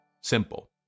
simple